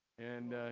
and